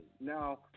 Now